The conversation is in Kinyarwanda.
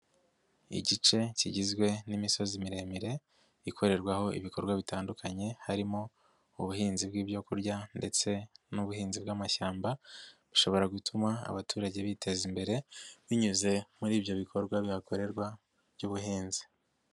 Igice kigizwe n'imisozi miremire ikorerwaho ibikorwa bitandukanye, harimo ubuhinzi bw'ibyo kurya ndetse n'ubuhinzi bw'amashyamba, bushobora gutuma abaturage biteza imbere, binyuze muri ibyo bikorwa bihakorerwa by'ubuhinzi.